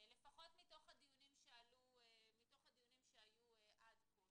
לפחות מתוך הדיונים שהיו עד כה.